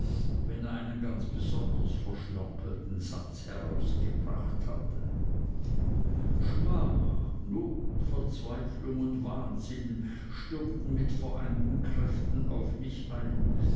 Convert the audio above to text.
wenn er einen ganz besonders verschnörkelten satz herausgebracht hatte schmach not verzweiflung und wahnsinn stürmten mit vereinten kräften auf mich ein